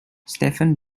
stephen